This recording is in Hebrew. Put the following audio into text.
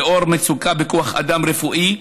לנוכח מצוקה בכוח אדם רפואי,